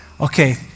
Okay